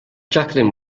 jacqueline